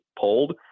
pulled